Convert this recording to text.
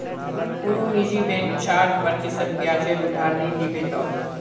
कुनु निजी बैंक चार प्रतिशत ब्याजेर उधार नि दीबे तोक